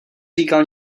říkal